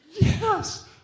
yes